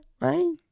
right